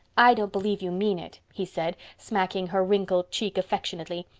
i don't believe you mean it, he said, smacking her wrinkled cheek affectionately.